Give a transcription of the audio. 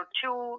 two